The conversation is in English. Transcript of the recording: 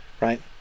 right